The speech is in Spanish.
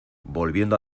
volviendo